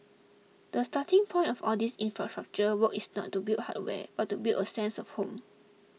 the starting point of all these infrastructure work is not to build hardware but to build a sense of home